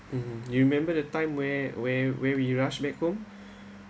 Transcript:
mm you remember that time where where where we rush back home